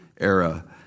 era